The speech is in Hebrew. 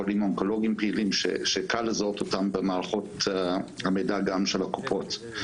חולים אונקולוגים פעילים שקל לזהות אותם במערכות המידע גם של הקופות.